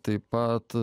taip pat